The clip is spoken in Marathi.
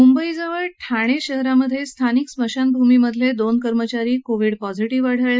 मुंबईजवळ ठाणे शहराजवळ स्थानिक स्मशानभूमीतले दोन कर्मचारी कोविड पॉजिटीव्ह आढळले आहेत